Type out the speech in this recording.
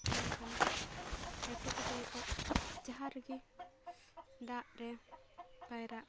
ᱢᱮᱱᱠᱷᱟᱱ ᱞᱟᱹᱴᱩ ᱠᱟᱛᱮᱫ ᱱᱤᱛᱳᱜ ᱡᱟᱦᱟᱸ ᱨᱮᱜᱮ ᱫᱟᱜ ᱨᱮ ᱯᱟᱭᱨᱟᱜ